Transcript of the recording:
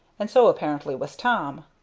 and so apparently was tom.